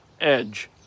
edge